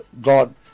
God